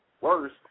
Worse